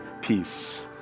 peace